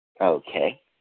Okay